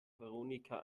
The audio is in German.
veronika